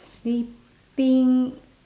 sleeping